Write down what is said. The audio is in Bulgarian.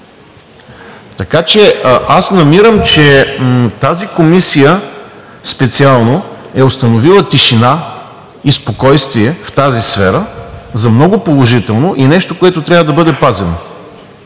Така че аз намирам това, че Комисията специално е установила тишина и спокойствие в тази сфера, за много положително и нещо, което трябва да бъде пазено.